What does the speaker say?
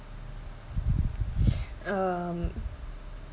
um